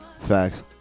Facts